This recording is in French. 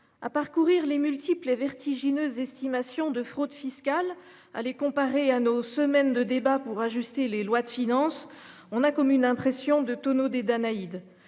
à parcourir les multiples est vertigineuse, estimation de fraude fiscale à les comparer à nos semaines de débats pour ajuster les lois de finances. On a comme une impression de tonneau des Danaïdes.